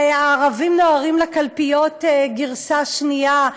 זה "הערבים נוהרים לקלפיות" גרסה שנייה.